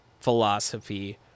philosophy